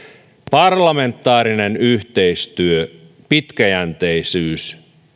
parlamentaarinen yhteistyö ja pitkäjänteisyys